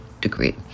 degree